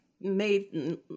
made